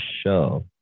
show